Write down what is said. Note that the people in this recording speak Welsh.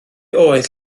oedd